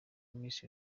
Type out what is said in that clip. miss